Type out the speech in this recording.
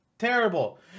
terrible